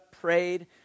prayed